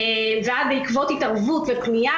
ואז בעקבות התערבות ופנייה,